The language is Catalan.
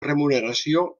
remuneració